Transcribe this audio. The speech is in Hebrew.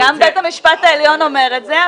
גם בית המשפט העליון אומר את זה.